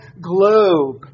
globe